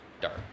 Dark